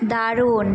দারুণ